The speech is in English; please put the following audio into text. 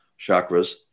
chakras